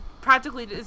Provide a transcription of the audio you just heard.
practically